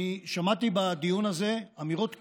שמעתי בדיון הזה אמירות קשות,